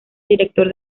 director